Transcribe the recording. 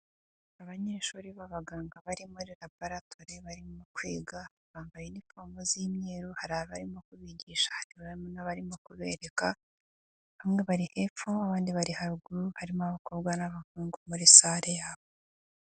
Abanyeshuri b'abaganga barimo muri laboratwari barimo kwiga bambaye impuzankano z'imyeru hari abarimu bari kubigisha harimo abarimo kubereka ibyo bakora gusa bamwe bari hepfo abandi bari haruguru, harimo abakobwa n'abahungu muri salle yabo.